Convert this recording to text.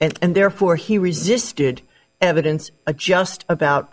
and therefore he resisted evidence of just about